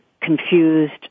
confused